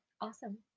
awesome